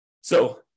So-